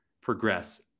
progress